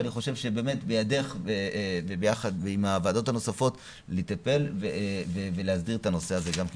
ואני חושב שביחד עם הוועדות הנוספות לטפל ולהסדיר את הנושא הזה גם כן.